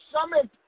Summit